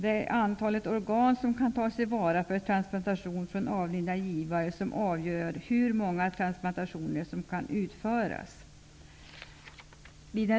Det är antalet organ som kan tas till vara för transplantation från avlidna givare som avgör hur många transplantationer som kan utföras.